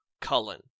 Cullen